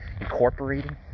incorporating